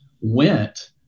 went